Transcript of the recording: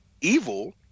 Evil